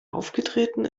aufgetreten